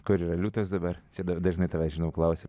kur yra liūtas dabar čia dažnai tavęs klausia